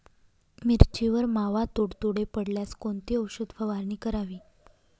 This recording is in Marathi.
मिरचीवर मावा, तुडतुडे पडल्यास कोणती औषध फवारणी करावी?